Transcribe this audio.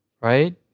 right